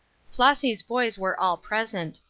flossy's boys were all present,